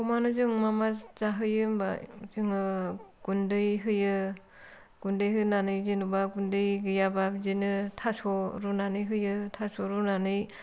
अमानो जों मा मा जाहोयो होनब्ला जों गुन्दै होयो गुन्दै होनानै जेनबा बिदिनो गुन्दै गैयाब्ला बिदिनो थास' रुनानै होयो थास' रुनानै